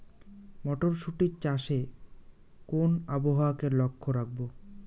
মটরশুটি চাষে কোন আবহাওয়াকে লক্ষ্য রাখবো?